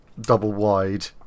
double-wide